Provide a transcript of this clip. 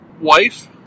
wife